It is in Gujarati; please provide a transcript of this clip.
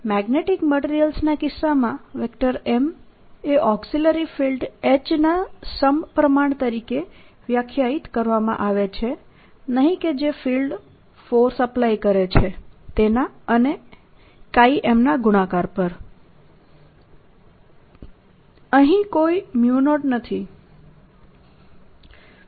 મેગ્નેટીક મટીરીયલ્સના કિસ્સામાં M એ ઓક્સિલરી ફિલ્ડ H ના સમપ્રમાણ તરીકે વ્યાખ્યાયિત કરવામાં આવે છે નહિ કે જે ફિલ્ડ ફોર્સ એપ્લાય કરે છે તેના અને M ના ગુણાકાર પર અહીં કોઈ 0 નથી